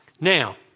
Now